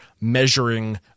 measuring